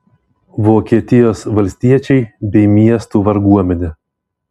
vokietijos valstiečiai bei miestų varguomenė